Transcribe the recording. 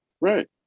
right